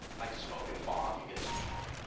like smoke and fog, you get smog.